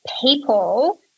people